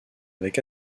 avec